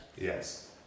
yes